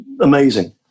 Amazing